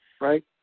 right